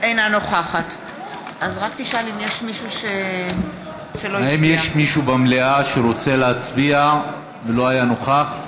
אינה נוכחת האם יש מישהו במליאה שרוצה להצביע ולא היה נוכח?